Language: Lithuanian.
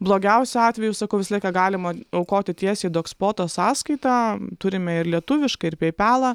blogiausiu atveju sakau visą laiką galima aukoti tiesiai į dogspoto sąskaitą turime ir lietuvišką ir peipalą